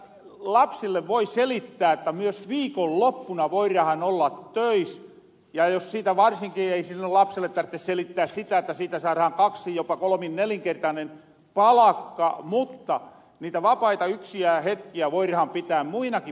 lapsille voi selittää että myös viikonloppuna voirahan olla töis ja ei sille lapselle tartte selittää sitä että siitä saarahan kaksin jopa kolmin nelinkertainen palakka mutta niitä vapaita yksiä hetkiä voirahan pitää muinakin päivinä